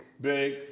Big